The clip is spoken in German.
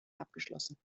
abgeschlossen